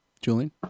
Julian